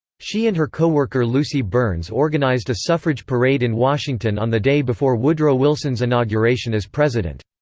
she and her coworker lucy burns organized a suffrage parade in washington on the day before woodrow wilson's inauguration as president.